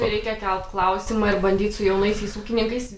tai reikia kelt klausimą ir bandyt su jaunaisiais ūkininkais